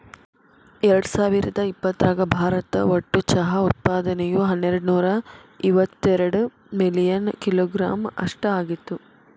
ಎರ್ಡಸಾವಿರದ ಇಪ್ಪತರಾಗ ಭಾರತ ಒಟ್ಟು ಚಹಾ ಉತ್ಪಾದನೆಯು ಹನ್ನೆರಡನೂರ ಇವತ್ತೆರಡ ಮಿಲಿಯನ್ ಕಿಲೋಗ್ರಾಂ ಅಷ್ಟ ಆಗಿತ್ತು